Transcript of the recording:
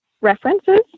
references